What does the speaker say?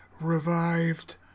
revived